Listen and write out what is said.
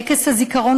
טקס הזיכרון